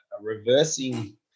reversing